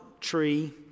tree